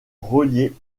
reliés